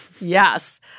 Yes